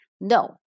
No